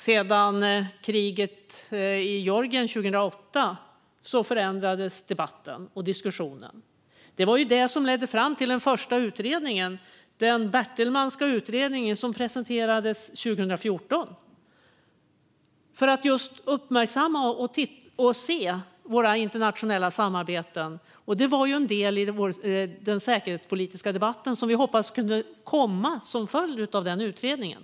Sedan kriget i Georgien 2008 förändrades debatten och diskussionen. Det var detta som ledde fram till den första utredningen, den bertelmanska utredningen, som presenterades 2014. Det var för att uppmärksamma och se våra internationella samarbeten. Det var en del i den säkerhetspolitiska debatten, som vi hoppades skulle komma som en följd av den utredningen.